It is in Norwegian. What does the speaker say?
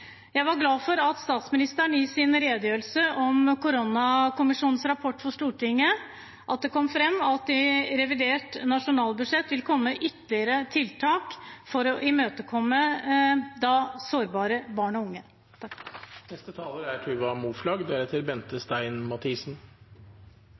Jeg var glad for at det i statsministerens redegjørelse for Stortinget om koronakommisjonens rapport kom fram at det i revidert nasjonalbudsjett vil komme ytterligere tiltak for å imøtekomme sårbare barn og